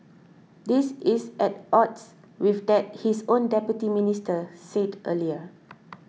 this is at odds with that his own Deputy Minister said earlier